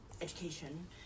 education